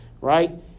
right